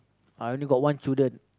I only got one children